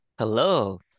hello